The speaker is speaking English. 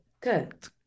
good